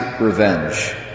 revenge